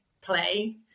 play